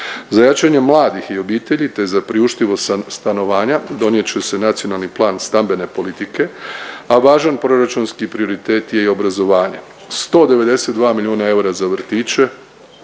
Za jačanje mladih i obitelji, te za priuštivo stanovanja donijet će se Nacionalni plan stambene politike, a važan proračunski prioritet je i obrazovanje, 192 milijuna eura za vrtiće,